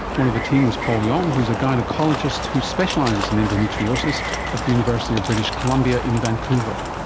one of the team was paul yong who is a gynaecologist who specialises in endometriosis at the university of british columbia in vancouver.